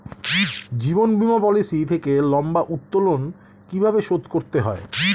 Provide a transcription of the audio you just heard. জীবন বীমা পলিসি থেকে লম্বা উত্তোলন কিভাবে শোধ করতে হয়?